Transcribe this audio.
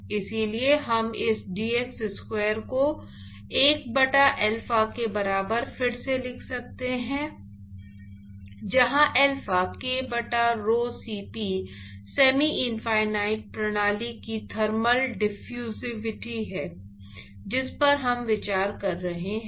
इसलिए हम इस d x स्क्वायर को 1 बटा अल्फा के बराबर फिर से लिख सकते हैं जहां अल्फा k बटा rho Cp सेमी इनफिनिट प्रणाली की थर्मल डिफ्फुसिविटी है जिस पर हम विचार कर रहे हैं